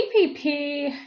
PPP